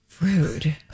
Rude